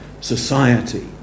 society